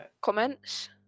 comments